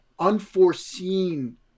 Unforeseen